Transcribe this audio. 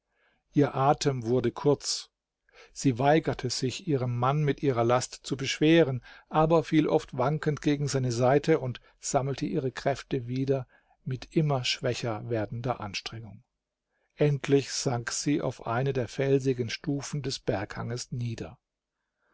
ihr atem wurde kurz sie weigerte sich ihren mann mit ihrer last zu beschweren aber fiel oft wankend gegen seine seite und sammelte ihre kräfte wieder mit immer schwächer werdender anstrengung endlich sank sie auf eine der felsigen stufen des berghanges nieder